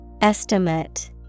Estimate